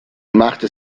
machte